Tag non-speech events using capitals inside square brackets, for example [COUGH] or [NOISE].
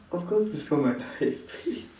of course it's from my life [LAUGHS]